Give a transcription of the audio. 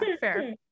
fair